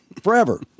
Forever